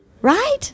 right